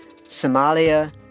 Somalia